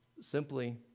simply